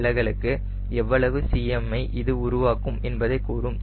விலகலுக்கு எவ்வளவு Cm ஐ இது உருவாக்கும் என்பதைக் கூறும்